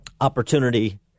opportunity